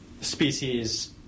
species